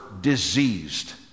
diseased